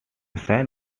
sign